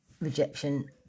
rejection